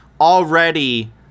already